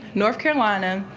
north carolina,